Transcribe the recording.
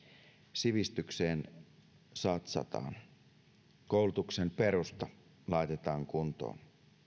sivistykseen satsataan koulutuksen perusta laitetaan kuntoon